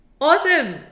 Awesome